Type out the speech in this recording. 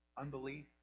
Unbelief